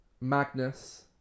Magnus